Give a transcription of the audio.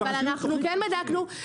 אבל אנחנו בדקנו.